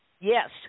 Yes